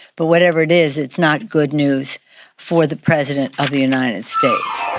but whatever it is, it's not good news for the president of the united states